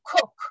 cook